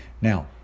Now